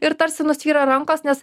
ir tarsi nusvyra rankos nes